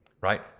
right